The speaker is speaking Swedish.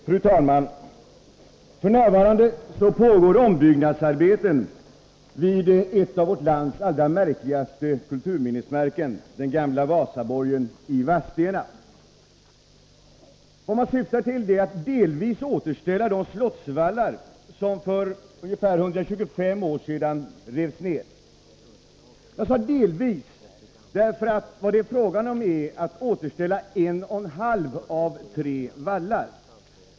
Fru talman! F. n. pågår ombyggnadsarbeten vid ett av vårt lands allra märkligaste kulturminnesmärken, den gamla Vasaborgen i Vadstena. Vad man syftar till är att delvis återställa de slottsvallar som för ungefär 125 år sedan revs ned. Jag sade ”delvis”, därför att vad det är fråga om är att återställa en och en halv av tre vallar.